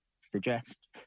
suggest